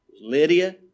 Lydia